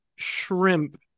shrimp